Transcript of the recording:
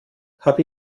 habe